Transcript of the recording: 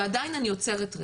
ועדיין אני עוצרת רגע.